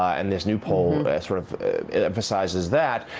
and this new poll sort of emphasizes that.